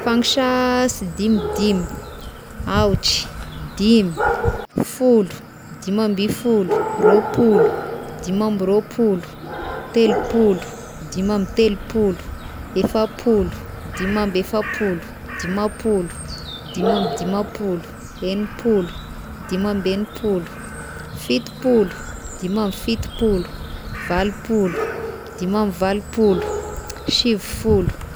Fangisà sy dimy dimy: aotry, dimy, folo, dimy amby folo, ropolo, dimy amby ropolo, telopolo, dimy amby telopolo, efapolo, dimy amby efapolo, dimapolo, dimy amby dimapolo, egnipolo, dimy amby egnipolo, fitopolo, dimy amby fitopolo, valopolo, dimy amby valopolo, sivifolo.